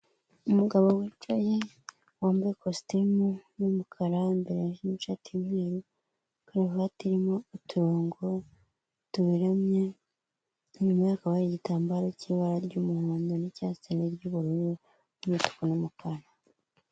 Umugabo wicaye wambaye ikositimu y'umukara imbere harimo ishati y'umweru karuvati irimo uturongo tuberamye inyuma hakabaho igitambaro cy'ibara ry'umuhondo n'icyatsi n'iy'ubururu n'umutuku n'umukara.